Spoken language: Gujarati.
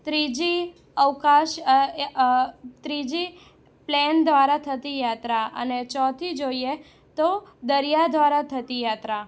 ત્રીજી અવકાશ ત્રીજી પ્લેન દ્વારા થતી યાત્રા અને ચોથી જોઈએ તો દરિયા દ્વારા થતી યાત્રા